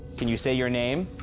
can you say your name?